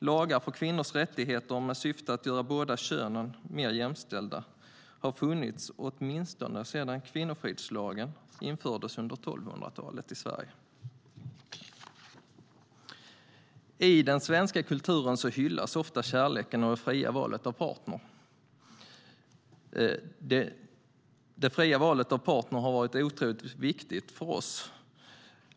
Lagar för kvinnors rättigheter, med syfte att göra båda könen mer jämställda, har funnits åtminstone sedan kvinnofridslagen infördes i Sverige under 1200-talet. I den svenska kulturen hyllas ofta kärleken och det fria valet av partner, vilket har varit otroligt viktigt för oss.